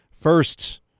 First